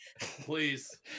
please